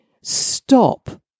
stop